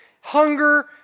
hunger